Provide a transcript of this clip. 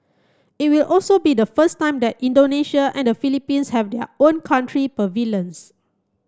it will also be the first time that Indonesia and the Philippines have their own country pavilions